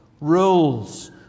rules